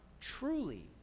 truly